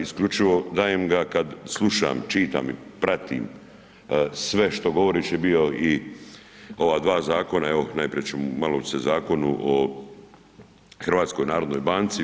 Isključivo dajem ga kad slušam, čitam i pratim sve što govoriš je bio i ova dva zakona, evo najprije ću malo ću se Zakonu o HNB-u.